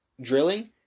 drilling